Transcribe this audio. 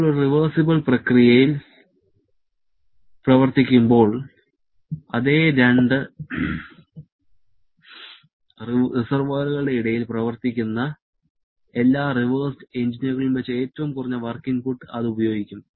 നമ്മൾ ഒരു റിവേർസിബിൾ പ്രക്രിയയിൽ പ്രവർത്തിക്കുമ്പോൾ അതേ രണ്ട് റിസെർവോയറുകളുടെ ഇടയിൽ പ്രവർത്തിക്കുന്ന എല്ലാ റിവേഴ്സ്ഡ് എഞ്ചിനുകളിൽ വെച്ച് ഏറ്റവും കുറഞ്ഞ വർക്ക് ഇൻപുട്ട് അത് ഉപയോഗിക്കും